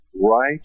right